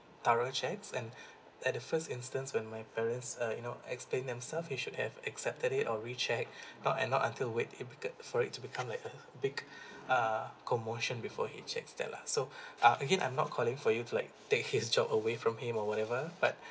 thorough checks and at the first instance when my parents uh you know explained themself he should have accepted it or recheck not and not until wait advocate for it to become like a big uh commotion before he checks that lah so uh again I'm not calling for you to like take his job away from him or whatever but